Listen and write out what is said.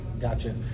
Gotcha